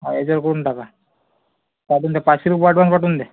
हा याच्यावर करून टाका पाठवून द्या पाचशे रुपये ॲडव्हान्स पाठवून द्या